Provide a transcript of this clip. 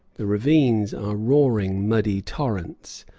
the ravines are roaring, muddy torrents,